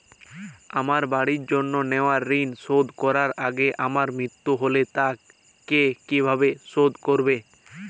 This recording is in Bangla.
আমার বাড়ির জন্য নেওয়া ঋণ শোধ করার আগে আমার মৃত্যু হলে তা কে কিভাবে শোধ করবে?